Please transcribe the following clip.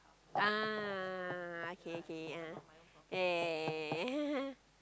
ah okay okay ah yeah yeah yeah yeah yeah yeah yeah